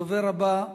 הדובר הבא,